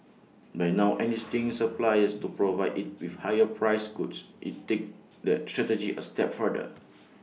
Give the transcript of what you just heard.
by now enlisting suppliers to provide IT with higher priced goods IT take that strategy A step further